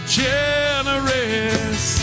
generous